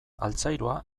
altzairua